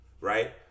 Right